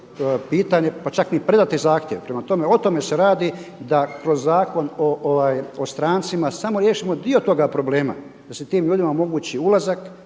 pitanje, pa čak ni predati zahtjev. Prema tome, o tome se radi da kroz Zakon o strancima samo riješimo dio tog problema da se tim ljudima omogući ulazak,